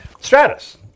Stratus